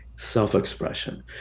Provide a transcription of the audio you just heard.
self-expression